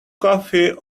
coffee